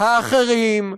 האחרים,